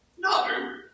No